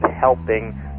helping